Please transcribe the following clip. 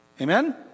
Amen